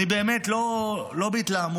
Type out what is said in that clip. באמת, לא בהתלהמות,